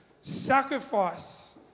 sacrifice